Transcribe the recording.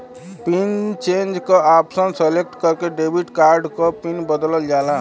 pin change क option select करके debit card क पिन बदलल जाला